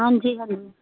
ਹਾਂਜੀ ਹਾਂਜੀ